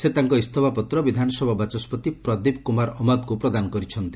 ସେ ତାଙ୍କ ଇସ୍ତଫା ପତ୍ର ବିଧାନସଭା ବାଚସ୍ତି ପ୍ରଦୀପ କୁମାର ଅମାତଙ୍କୁ ପ୍ରଦାନ କରିଛନ୍ତି